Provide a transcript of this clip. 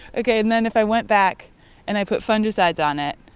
ok. and then if i went back and i put fungicides on it,